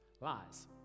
lies